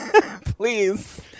please